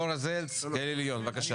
גיורא זלץ בבקשה.